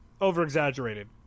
over-exaggerated